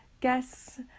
guests